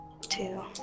two